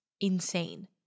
insane